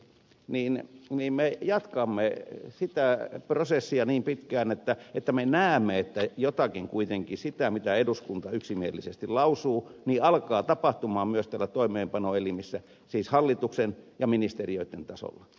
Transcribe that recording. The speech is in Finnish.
pulliainenkin totesi me jatkamme sitä prosessia niin pitkään että me näemme että jotakin kuitenkin sitä mitä eduskunta yksimielisesti lausuu alkaa tapahtua myös täällä toimeenpanoelimissä siis hallituksen ja ministeriöitten tasolla